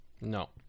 no